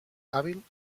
hàbil